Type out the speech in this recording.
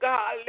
God